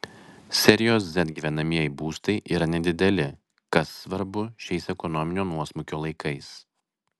serijos z gyvenamieji būstai yra nedideli kas svarbu šiais ekonominio nuosmukio laikais